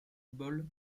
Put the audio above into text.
ball